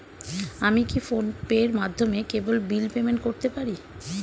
আমি কি ফোন পের মাধ্যমে কেবল বিল পেমেন্ট করতে পারি?